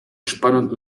spannend